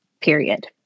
period